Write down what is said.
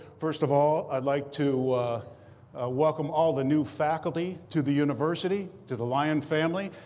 first of all, i'd like to welcome all the new faculty to the university, to the lion family.